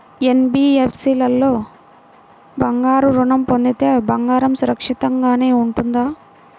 NBFC లో బంగారు ఋణం పొందితే బంగారం సురక్షితంగానే ఉంటుందా?